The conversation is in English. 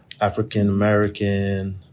African-American